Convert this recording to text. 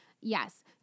Yes